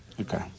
Okay